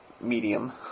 medium